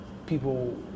people